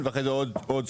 נוסף, ואחרי זה עוד סכום.